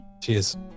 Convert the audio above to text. Cheers